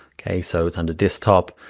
okay, so, it's on the desktop,